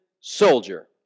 soldier